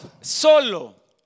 solo